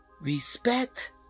respect